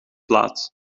plaats